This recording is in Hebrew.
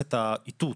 מערכת האיתות,